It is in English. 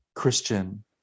Christian